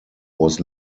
was